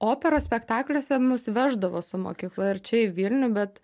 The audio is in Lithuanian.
operos spektakliuose mus veždavo su mokykla ir čia į vilnių bet